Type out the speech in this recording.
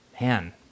man